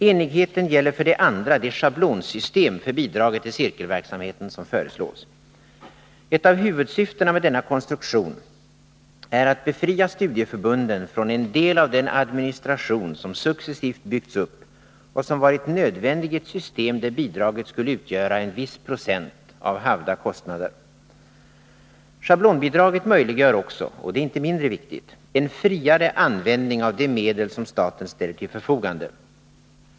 Enigheten gäller för det andra det schablonsystem för bidraget till cirkelverksamheten som föreslås. Ett av huvudsyftena med denna konstruktion är att befria studieförbunden från en del av den administration som successivt byggts upp och som varit nödvändig i ett system där bidraget skulle utgöra en viss procent av havda kostnader. Schablonbidraget möjliggör också — och det är inte mindre viktigt — en friare användning av de medel som staten ställer till förfogande.